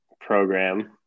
program